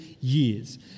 years